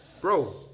Bro